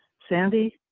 sandy,